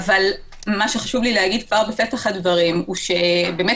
מה שחשוב לי להגיד כבר בפתח הדברים באמת,